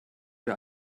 wir